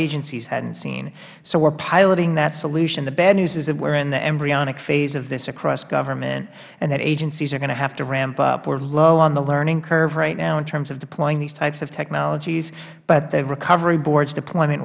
never seen so we are piloting that solution the bad news is that we are in the embryonic phase of this across government and that agencies are going to have to ramp up we are low on the learning curve right now in terms of deploying these types of technologies but the recovery boards deployment